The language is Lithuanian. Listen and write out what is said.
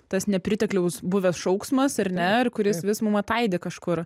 tas nepritekliaus buvęs šauksmas ar ne ir kuris vis mum ataidi kažkur